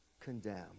condemn